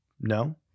no